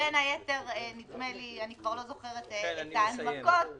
בין היתר - נדמה לי אני כבר לא זוכרת את ההנמקות.